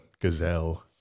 gazelle